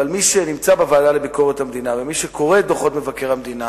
אבל מי שנמצא בוועדה לביקורת המדינה ומי שקורא את דוחות מבקר המדינה